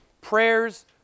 Prayers